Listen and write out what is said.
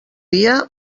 dia